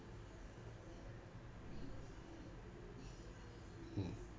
mm